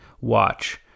watch